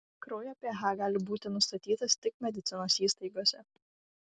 kraujo ph gali būti nustatytas tik medicinos įstaigose